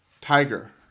Tiger